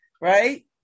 right